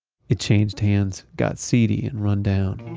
it changed hands, got seedy and rundown.